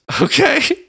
Okay